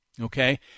Okay